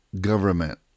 government